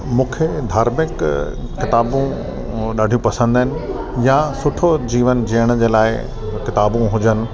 मूंखे धार्मिक किताबूं ॾाढियूं पसंदि आहिनि या सुठो जीवन जीअण जे लाइ किताबूं हुजनि